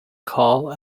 call